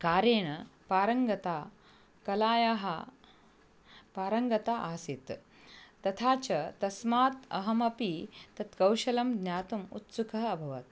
कारेण पारङ्गता कलायाः पारङ्गता आसीत् तथा च तस्मात् अहमपि तत् कौशलं ज्ञातुम् उत्सुकः अभवत्